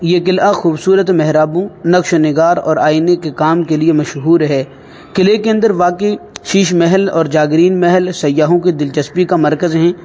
یہ قلعہ خوبصورت محرابوں نقش و نگار اور آئینے کے کام کے لیے مشہور ہے قلعے کے اندر واقع شیش محل اور جاگرین محل سیاحوں کے دلچسپی کا مرکز ہیں